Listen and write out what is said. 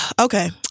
Okay